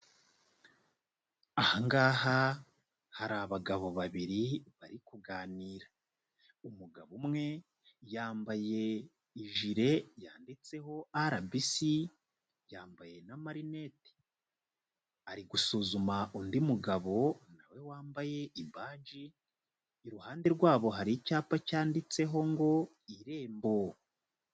Aha ngaha hari abagabo babiri bari kuganira, umugabo umwe yambaye ijire yanditseho RBC yambaye n'amarinete, ari gusuzuma undi mugabo na we wambaye ibaji, iruhande rwabo hari icyapa cyanditseho ngo Irembo.